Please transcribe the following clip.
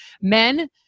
men